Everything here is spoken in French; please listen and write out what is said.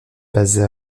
basée